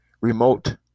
remote